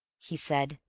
he said.